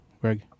Greg